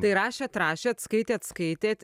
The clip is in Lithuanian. tai rašėt rašėt skaitėt skaitėt